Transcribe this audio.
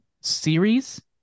series